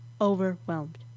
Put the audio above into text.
Overwhelmed